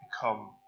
become